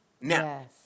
Now